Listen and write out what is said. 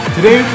Today